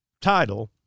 title